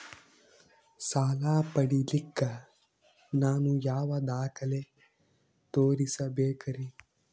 ಸಾಲ ಪಡಿಲಿಕ್ಕ ನಾನು ಯಾವ ದಾಖಲೆ ತೋರಿಸಬೇಕರಿ?